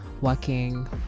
working